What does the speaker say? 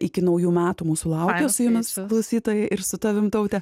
iki naujų metų mūsų laukia su jumis klausytojai ir su tavimi taute